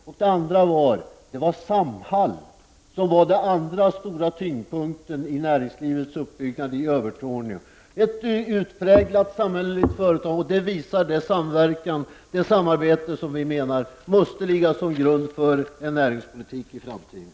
För det andra var det fråga om Samhall, som har den andra stora tyngdpunkten i näringslivets utbyggnad i Övertorneå. Det är ett utpräglat samhälleligt företag. Där finns det samarbete som vi menar måste ligga till grund för en näringspolitik i framtiden.